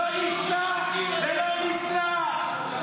לא נשכח ולא נסלח.